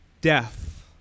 Death